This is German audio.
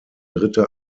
dritte